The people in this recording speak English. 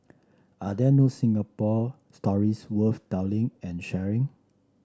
are there no Singapore stories worth telling and sharing